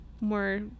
more